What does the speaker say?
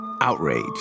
Outrage